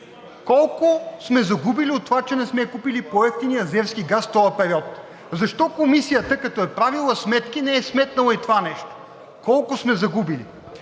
Колко сме загубили от това, че не сме купили по-евтиния азерски газ този период? Защо Комисията, като е правила сметки, не е сметнала и това нещо – колко сме загубили?